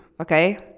okay